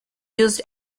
used